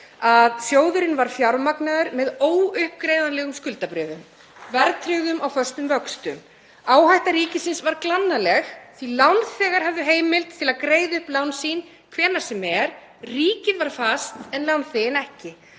að sjóðurinn var fjármagnaður með óuppgreiðanlegum skuldabréfum, verðtryggðum á föstum vöxtum. Áhætta ríkisins var glannaleg því að lánþegar höfðu heimild til að greiða upp lán sín hvenær sem er, ríkið var fast en lánþeginn ekki.